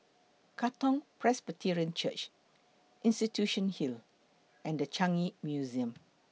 Katong Presbyterian Church Institution Hill and The Changi Museum